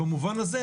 במובן הזה,